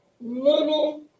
little